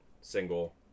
single